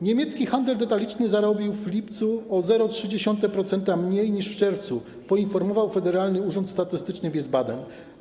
Niemiecki handel detaliczny zarobił w lipcu o 0,3% mniej niż w czerwcu - poinformował Federalny Urząd Statystyczny w Wiesbaden.